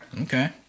Okay